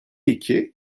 iki